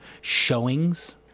showings